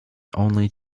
only